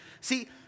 See